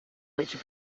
which